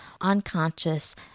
unconscious